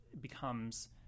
becomes